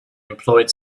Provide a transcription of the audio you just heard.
employed